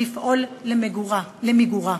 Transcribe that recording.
לפעול למיגורה.